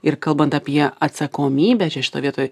ir kalbant apie atsakomybę čia šitoj vietoj